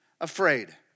afraid